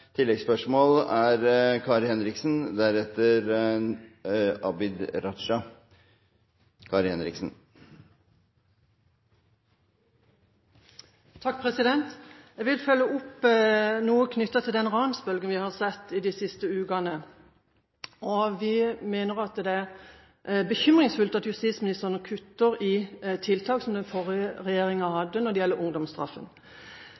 som er nødvendig. Kari Henriksen – til oppfølgingsspørsmål. Jeg vil følge opp noe knyttet til den ransbølgen vi har sett de siste ukene. Vi mener det er bekymringsfullt at justisministeren kutter i tiltak som den forrige